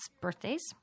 birthdays